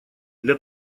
для